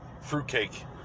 fruitcake